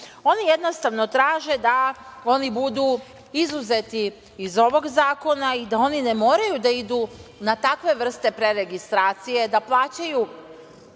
Oni jednostavno traže da oni budu izuzeti iz ovog zakona i da oni ne moraju da idu na takve vrste preregistracije, da plaćaju